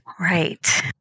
Right